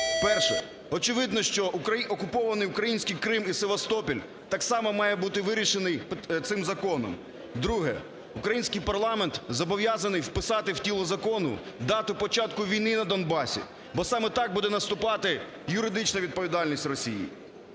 Перше. Очевидно, що окупований український Крим і Севастополь так само має бути вирішений цим законом. Друге. Український парламент зобов'язаний вписати у тіло закону дату початку війни на Донбасі, бо саме так буде наступати юридична відповідальність Росії.